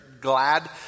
glad